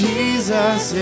Jesus